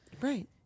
Right